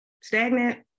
Stagnant